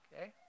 okay